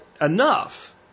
Enough